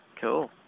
Cool